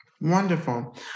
Wonderful